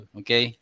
okay